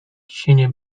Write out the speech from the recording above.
ciśnienie